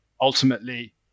Ultimately